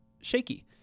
shaky